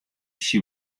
she